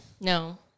No